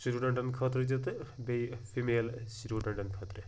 سٹوٗڈَنٛٹَن خٲطرٕ تہِ تہٕ بیٚیہِ فیٖمیل سٹوٗڈنٛٹَن خٲطرٕ